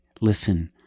listen